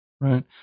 Right